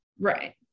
Right